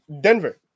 Denver